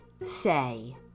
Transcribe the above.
say